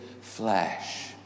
flesh